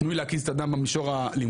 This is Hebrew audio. תנו לי להקיז את הדם במישור הלימודי,